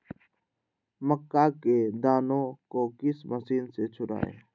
मक्का के दानो को किस मशीन से छुड़ाए?